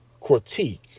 critique